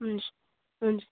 हुन्छ हुन्छ